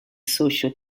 socio